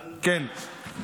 לכן,